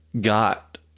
got